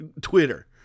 Twitter